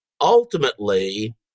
Ultimately